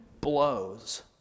blows